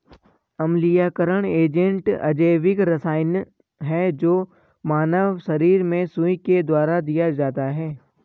अम्लीयकरण एजेंट अजैविक रसायन है जो मानव शरीर में सुई के द्वारा दिया जाता है